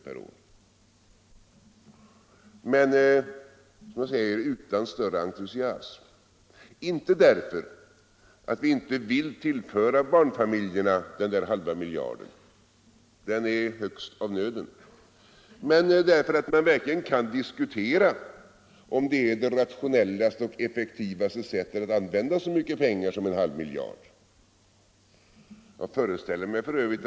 per år, men, som jag säger, utan större entusiasm, inte därför att vi inte vill tillföra barnfamiljerna den där halva miljarden — den är högeligen av nöden — utan därför att man kan diskutera, om det är det mest rationella och effektiva sättet att använda så mycket pengar som en halv miljard. Jag föreställer mig f.ö.